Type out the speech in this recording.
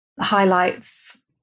highlights